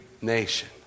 nation